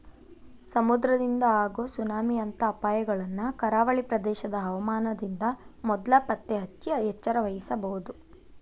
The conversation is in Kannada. ಸಮುದ್ರದಿಂದ ಆಗೋ ಸುನಾಮಿ ಅಂತ ಅಪಾಯಗಳನ್ನ ಕರಾವಳಿ ಪ್ರದೇಶದ ಹವಾಮಾನದಿಂದ ಮೊದ್ಲ ಪತ್ತೆಹಚ್ಚಿ ಎಚ್ಚರವಹಿಸಬೊದು